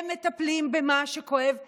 הם מטפלים במה שכואב להם,